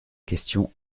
question